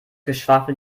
geschwafel